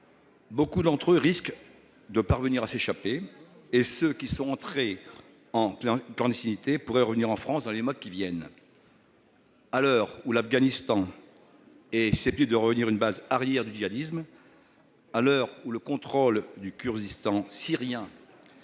Beaucoup d'entre eux risquent de parvenir à s'échapper, et ceux qui sont entrés dans la clandestinité pourraient revenir en France dans les mois qui viennent. À l'heure où l'Afghanistan est susceptible de redevenir une base arrière du djihadisme, à l'heure où le contrôle du Kurdistan syrien